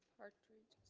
partridge